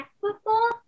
football